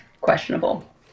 questionable